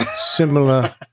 Similar